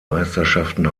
meisterschaften